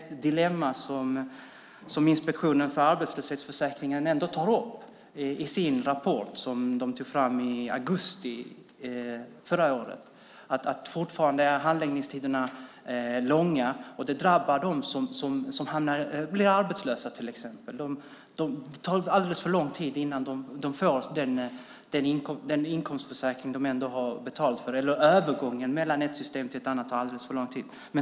Ett dilemma som Inspektionen för arbetslöshetsförsäkringar tar upp i den rapport som de tog fram i augusti förra året är att handläggningstiderna fortfarande är långa, vilket till exempel drabbar dem som blir arbetslösa. Det tar alldeles för lång tid innan de får den inkomstförsäkring de betalat för; övergången från ett system till ett annat tar alldeles för lång tid.